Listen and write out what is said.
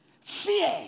fear